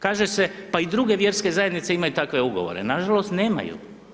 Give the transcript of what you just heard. Kaže se pa i druge vjerske zajednice imaju takve ugovore, nažalost nemaju.